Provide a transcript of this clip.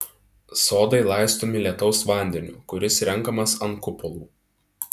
sodai laistomi lietaus vandeniu kuris renkamas ant kupolų